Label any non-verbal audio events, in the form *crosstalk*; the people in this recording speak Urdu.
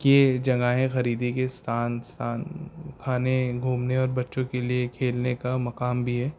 یہ جگہیں خریدی کے *unintelligible* کھانے گھومنے اور بچوں کے لیے کھیلنے کا مقام بھی ہے